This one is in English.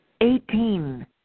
Eighteen